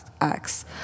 acts